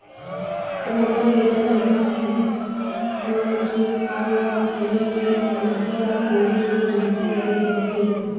rotavator machine म खेत खार ल खने के अउ माटी ल फोरे के बूता करे जाथे